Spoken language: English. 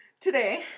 Today